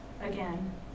again